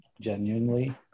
genuinely